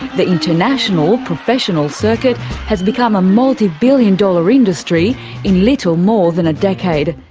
the international professional circuit has become a multi-billion dollar industry in little more than a decade.